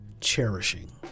cherishing